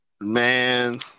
Man